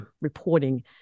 reporting